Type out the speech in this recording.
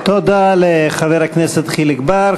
תודה לחבר הכנסת חיליק בר.